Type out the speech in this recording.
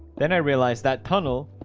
then i realized that tunnel